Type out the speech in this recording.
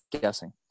guessing